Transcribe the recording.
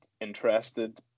interested